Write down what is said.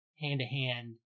hand-to-hand